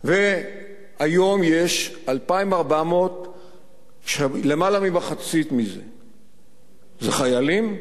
היום יש 2,400. 60% זה חיילים